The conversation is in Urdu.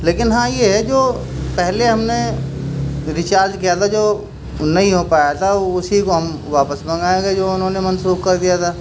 لیکن ہاں یہ ہے جو پہلے ہم نے ریچارج کیا تھا جو نہیں ہو پایا تھا اسی کو ہم واپس منگائیں گے جو انہوں نے منسوخ کر دیا تھا